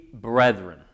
brethren